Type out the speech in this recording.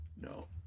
no